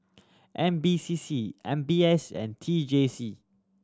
N P C C M B S and T J C